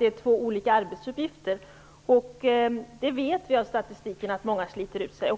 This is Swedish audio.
ju olika arbetsuppgifter. Vi vet av statistiken att många sliter ut sig.